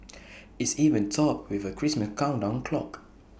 it's even topped with A Christmas countdown clock